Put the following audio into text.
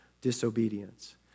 disobedience